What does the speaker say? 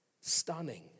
Stunning